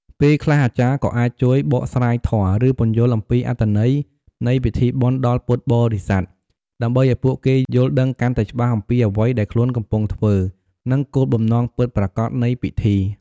ពេលខ្លះ អាចារ្យក៏អាចជួយ បកស្រាយធម៌ ឬពន្យល់អំពីអត្ថន័យនៃពិធីបុណ្យដល់ពុទ្ធបរិស័ទ ដើម្បីឱ្យពួកគេយល់ដឹងកាន់តែច្បាស់អំពីអ្វីដែលខ្លួនកំពុងធ្វើ និងគោលបំណងពិតប្រាកដនៃពិធី។